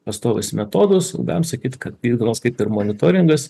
pastovus metodus jau galim sakyt kad monitoringas